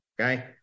okay